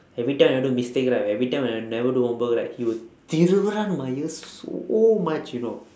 every time I do mistake right every time I never do homework right he will thiruvuraan my ears so much you know